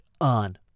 on